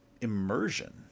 immersion